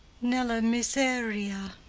nella miseria.